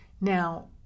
now